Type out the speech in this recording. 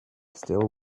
still